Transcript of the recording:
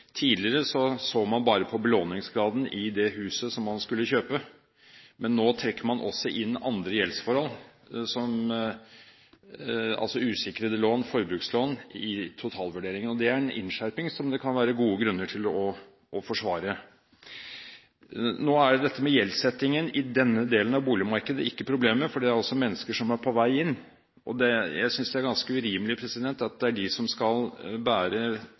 Tidligere så man bare på belåningsgraden i det huset man skulle kjøpe, nå trekker man også inn andre gjeldsforhold, som usikrede lån og forbrukslån, i totalvurderingen. Det er en innskjerping som det kan være gode grunner til å forsvare. Nå er dette med gjeldssettingen i denne delen av boligmarkedet ikke problemet, for det er mennesker som er på vei inn. Jeg synes det er ganske urimelig at det er de som skal bære